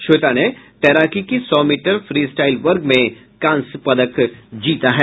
श्वेता ने तैराकी के सौ मीटर फ्री स्टाइल वर्ग में कांस्य पदक जीता है